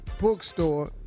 bookstore